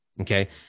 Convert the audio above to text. Okay